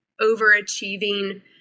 overachieving